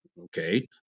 okay